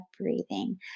breathing